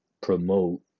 promote